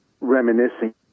reminiscing